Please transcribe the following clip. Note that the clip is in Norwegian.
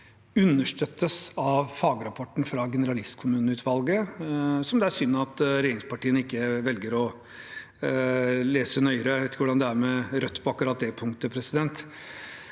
understøttes av fagrapporten fra generalistkommuneutvalget, som det er synd at regjeringspartiene ikke velger å lese nøyere. Jeg vet ikke hvordan det er med Rødt på akkurat det punktet. Det